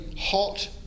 hot